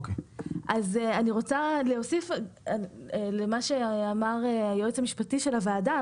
ואני רוצה להוסיף למה שאמר היועץ המשפטי של הוועדה.